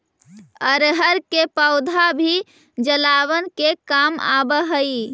अरहर के पौधा भी जलावन के काम आवऽ हइ